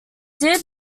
did